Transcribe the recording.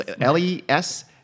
L-E-S